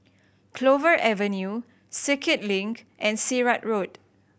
Clover Avenue Circuit Link and Sirat Road